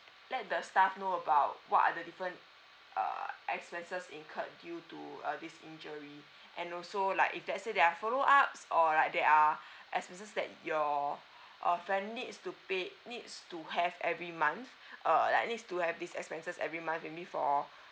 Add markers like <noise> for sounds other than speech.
let the staff know about what are the different uh expenses incurred due to uh this injury and also like if let's say there are follow ups or like there are <breath> expenses that your uh friend needs to pay needs to have every month uh like needs to have these expenses every month maybe for